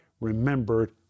remembered